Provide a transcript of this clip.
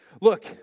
Look